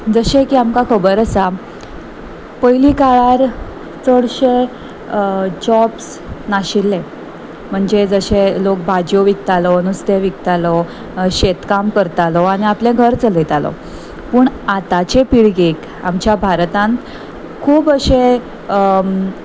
जशें की आमकां खबर आसा पयलीं काळार चडशे जॉब्स नाशिल्ले म्हणजे जशे लोक भाजयो विकतालो नुस्तें विकतालो शेतकम करतालो आनी आपलें घर चलयतालो पूण आतांचे पिळगेक आमच्या भारतांत खूब अशे